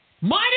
Minus